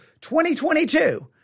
2022